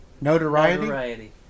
Notoriety